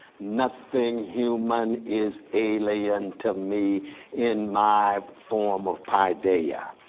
nothing human is alien to me in my form of paideia.